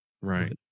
Right